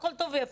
הכול טוב ויפה,